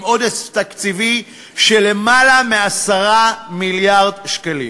עודף תקציבי של יותר מ-10 מיליארד שקלים.